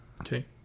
Okay